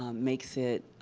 um makes it